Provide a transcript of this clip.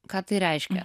ką tai reiškia